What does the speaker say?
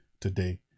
today